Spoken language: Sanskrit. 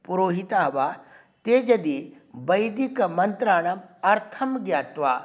पुरोहिताः वा ते यदि वैदिकमन्त्राणाम् अर्थं ज्ञात्वा